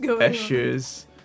issues